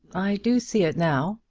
i do see it now.